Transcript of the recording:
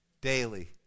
Daily